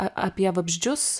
a apie vabzdžius